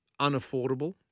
unaffordable